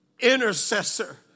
intercessor